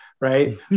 right